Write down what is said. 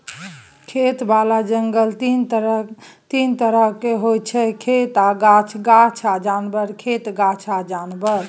खेतबला जंगल तीन तरहक होइ छै खेत आ गाछ, गाछ आ जानबर, खेत गाछ आ जानबर